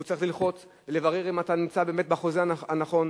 והוא צריך ללחוץ ולברר אם אתה נמצא באמת בחוזה הנכון.